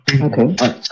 Okay